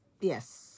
Yes